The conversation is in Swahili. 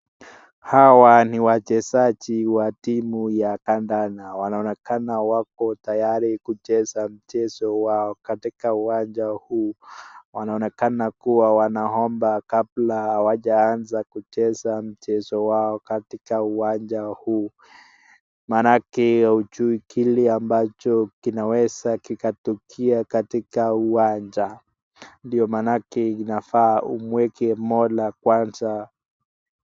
Hawa ni wachezaji wa timu ya kandanda wanaonekana wako tayari kucheza mchezo wao katika uwanja huu. Wanaonekana wanaomba kabla hawajaanza kucheza mchezo wao katika uwanja huu maanake haujui kile ambacho kinaweza kikatokea katika uwanja, ndio maanake unafaa umweke mola kwanza.